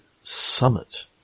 summit